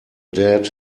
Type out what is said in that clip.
dead